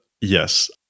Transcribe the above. Yes